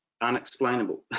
unexplainable